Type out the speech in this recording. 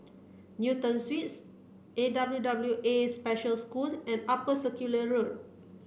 Newton Suites A W W A Special School and Upper Circular Road